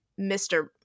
Mr